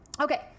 okay